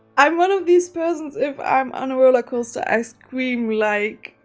i'm one of these persons if i'm on a roller coaster, i scream like.